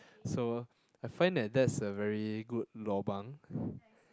so I find that that's a very good lobang